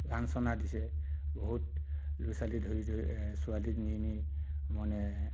লাঞ্ছনা দিছে বহুত ল'ৰা ছোৱালীক ধৰি ধৰি ছোৱালীক নি নি মানে